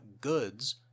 goods